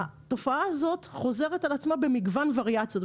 התופעה הזאת חוזרת על עצמה במגוון וריאציות.